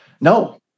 no